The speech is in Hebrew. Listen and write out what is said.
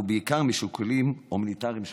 ובעיקר משיקולים הומניטריים שונים.